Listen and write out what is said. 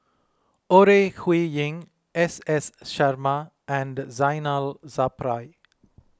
Ore Huiying S S Sarma and Zainal Sapari